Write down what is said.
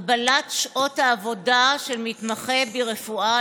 הגבלת שעות העבודה של מתמחה ברפואה,